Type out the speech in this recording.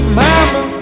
mama